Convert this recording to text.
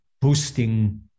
boosting